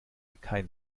kein